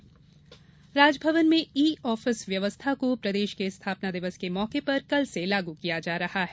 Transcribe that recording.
Raj Bhavan e office Raj Bhavan में e office व्यवस्था को प्रदेश के स्थापना दिवस के मौके पर कल से लागू किया जा रहा है